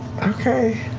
okay.